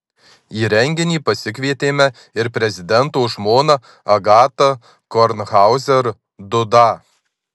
į renginį pasikvietėme ir prezidento žmoną agatą kornhauzer dudą